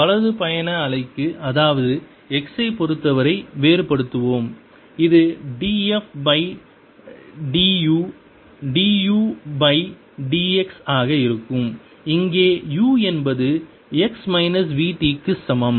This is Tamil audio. வலது பயண அலைக்கு அதாவது x ஐப் பொறுத்தவரை வேறுபடுத்துவோம் இது df by du du by dx ஆக இருக்கும் இங்கே u என்பது x மைனஸ் vt க்கு சமம்